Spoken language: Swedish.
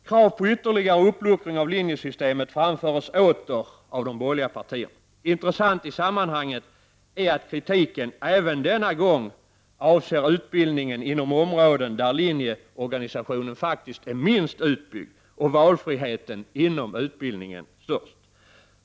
Krav på ytterligare uppluckring av linjesystemet framförs åter av de borgerliga partierna. Intressant i sammanhanget är att kritiken åter avser utbildningen inom områden där linjeorganisationen är minst utbyggd och valfriheten inom utbildningen störst.